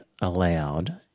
allowed